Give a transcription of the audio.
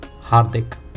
hardik